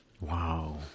Wow